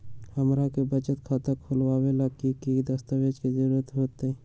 हमरा के बचत खाता खोलबाबे ला की की दस्तावेज के जरूरत होतई?